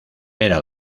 era